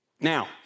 Now